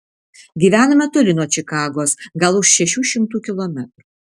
gyvenome toli nuo čikagos gal už šešių šimtų kilometrų